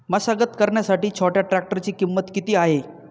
मशागत करण्यासाठी छोट्या ट्रॅक्टरची किंमत किती आहे?